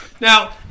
Now